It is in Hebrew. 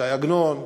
ש"י עגנון,